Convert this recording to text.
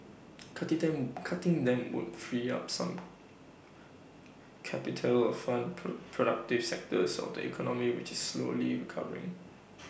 cutting them cutting them would free up some capital of fund pro productive sectors of the economy which is slowly recovering